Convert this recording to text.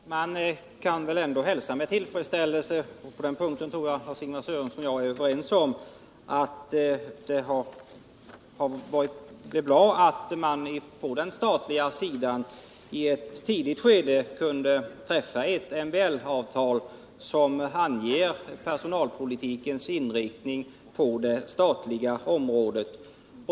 Herr talman! Man kan väl ändå hälsa med tillfredsställelse — på den punkten tror jag att Lars-Ingvar Sörenson och jag är överens — att man på den statliga sidan i ett tidigt skede kunde träffa ett MBL-avtal, som anger personalpolitikens inriktning på det statliga området.